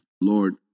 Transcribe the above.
Lord